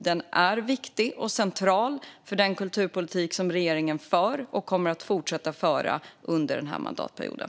Den är viktig och central för den kulturpolitik som regeringen för och kommer att fortsätta föra under den här mandatperioden.